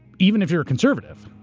even if you're a conservative,